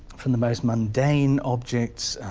from the most mundane objects,